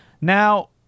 Now